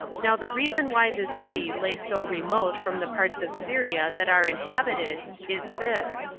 now the reason why this city lay so remote from the parts of syria that are inhabited is this,